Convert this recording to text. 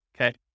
okay